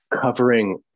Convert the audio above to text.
covering